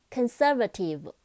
Conservative